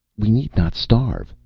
we need not starve,